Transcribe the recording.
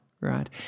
right